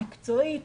מקצועית.